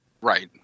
Right